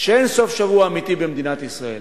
שאין סוף-שבוע אמיתי במדינת ישראל.